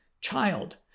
child